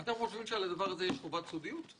אתם חושבים שעל הדבר הזה יש חובת סודיות,